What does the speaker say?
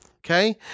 Okay